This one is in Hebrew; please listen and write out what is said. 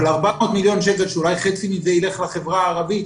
אבל 400 מיליון שקל שאולי חצי מזה ילך לחברה הערבית,